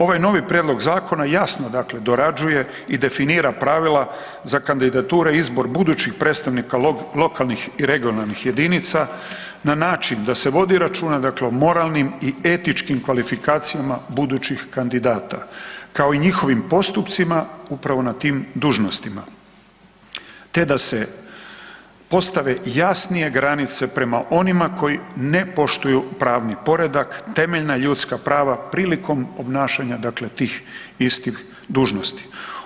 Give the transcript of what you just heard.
Ovaj novi prijedlog zakona, jasno dakle, dorađuje i definira pravila za kandidature izbor budućih predstavnika lokalnih i regionalnih jedinica na način da se vodi računa dakle o moralnim i etičkim kvalifikacijama budućih kandidata, kao i njihovim postupcima upravo na tim dužnostima te da se postave jasnije granice prema onima koji ne poštuju pravni poredak, temeljna ljudska prava prilikom obnašanja dakle tih istih dužnosti.